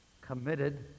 committed